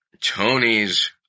Tony's